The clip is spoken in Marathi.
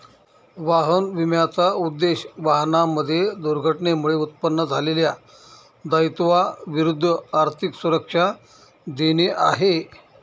वाहन विम्याचा उद्देश, वाहनांमध्ये दुर्घटनेमुळे उत्पन्न झालेल्या दायित्वा विरुद्ध आर्थिक सुरक्षा देणे आहे